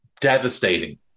devastating